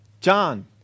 John